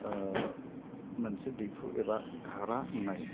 मोनसे दैहु एबा घारा होननाय